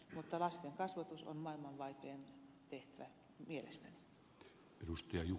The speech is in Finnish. mutta lasten kasvatus on maailman vaikein tehtävä mielestäni